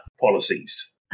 policies